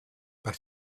but